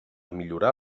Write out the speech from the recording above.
millorar